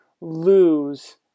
lose